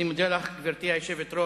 אני מודה לך, גברתי היושבת-ראש.